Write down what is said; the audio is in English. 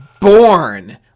born